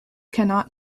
cannot